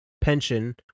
pension